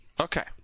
Okay